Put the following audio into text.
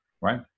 right